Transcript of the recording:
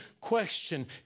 question